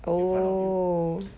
oh